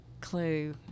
clue